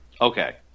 Okay